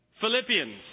Philippians